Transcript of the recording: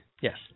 Yes